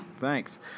Thanks